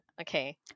Okay